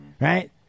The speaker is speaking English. right